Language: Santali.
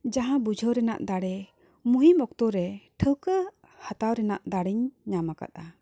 ᱡᱟᱦᱟᱸ ᱵᱩᱡᱷᱟᱹᱣ ᱨᱮᱱᱟᱜ ᱫᱟᱲᱮ ᱢᱩᱦᱤᱢ ᱚᱠᱛᱚᱨᱮ ᱴᱷᱟᱹᱣᱠᱟᱹ ᱦᱟᱛᱟᱣ ᱨᱮᱱᱟᱜ ᱫᱟᱲᱮᱧ ᱧᱟᱢ ᱟᱠᱟᱫᱟ